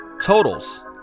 totals